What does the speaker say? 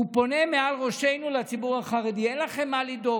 הוא פונה מעל ראשינו לציבור החרדי: אין לכם מה לדאוג.